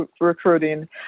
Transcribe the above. recruiting